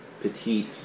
petite